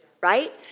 right